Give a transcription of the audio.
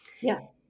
Yes